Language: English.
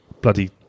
bloody